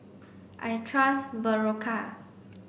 I trust Berocca